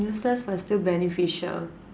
useless but still beneficial